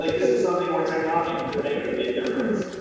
like this is something where technology could make a big difference.